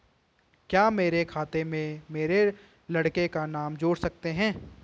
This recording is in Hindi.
क्या मेरे खाते में मेरे लड़के का नाम जोड़ सकते हैं?